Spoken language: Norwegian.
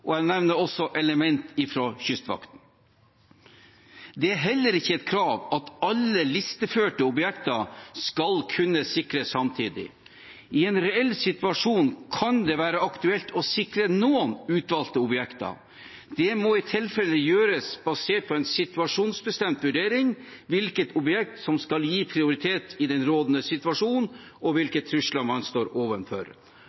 og jeg nevner også element fra Kystvakten. Det er heller ikke et krav at alle listeførte objekter skal kunne sikres samtidig. I en reell situasjon kan det være aktuelt å sikre noen utvalgte objekter. Det må i tilfelle gjøres basert på en situasjonsbestemt vurdering av hvilket objekt som skal gis prioritet i den rådende situasjonen, og